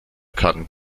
kann